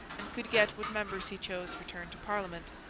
and could get what members he chose returned to parliament.